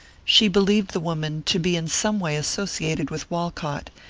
she believed the woman to be in some way associated with walcott,